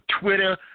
Twitter